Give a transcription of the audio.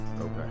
Okay